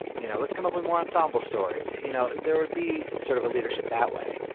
you know let's come up with more ensemble stories. you know there would be sort of a leadership that way.